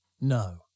No